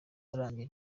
arambye